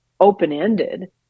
open-ended